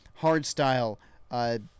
hardstyle